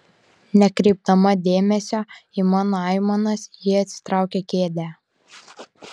nekreipdama dėmesio į mano aimanas ji atsitraukia kėdę